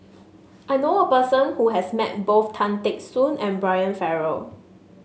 I knew a person who has met both Tan Teck Soon and Brian Farrell